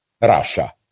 Russia